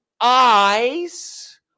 eyes